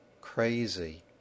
crazy